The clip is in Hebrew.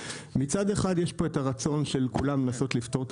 מצד אחד יש את הרצון של כולם לנסות לפתור את